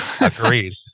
Agreed